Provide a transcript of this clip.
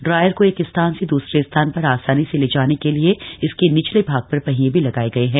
dryer को एक स्थान से दुसरे स्थान पर आसानी से ले जाने के लिए इसके निचले भाग पर पहिये भी लगाए गये है